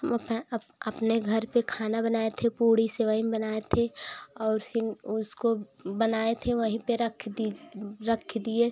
हम अपने घर पर खाना बनाये थे पूड़ी सेबई बनाये थे और हिन उसको बनाये थे वहीं पे रख दिज रख दिए